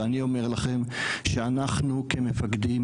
ואני אומר לכם שאנחנו כמפקדים.